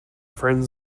friend